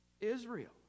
Israel